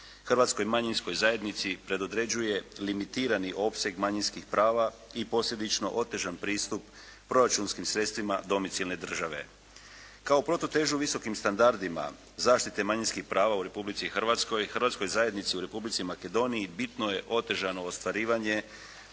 Hrvatskoj manjinskoj zajednici predodređuje limitirani opseg manjinskih prava i posebično otežani pristup proračunskim sredstvima domicijelne države. Kao protutežu visokim standardima zaštite manjinskih prava u Republici Hrvatskoj, hrvatskoj zajednici u Republici Makedoniji bitno je otežano ostvarivanje